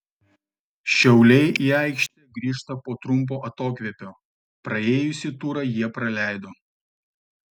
šiauliai į aikštę grįžta po trumpo atokvėpio praėjusį turą jie praleido